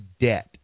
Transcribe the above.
debt